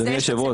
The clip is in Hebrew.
אדוני היושב-ראש,